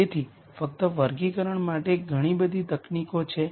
તેથી આ કોલમ 1 છે